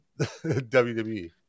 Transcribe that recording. WWE